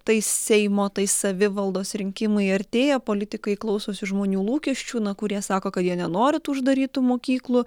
tai seimo tai savivaldos rinkimai artėja politikai klausosi žmonių lūkesčių na kurie sako kad jie nenori tų uždarytų mokyklų